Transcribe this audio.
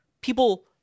People